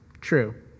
True